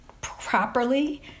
properly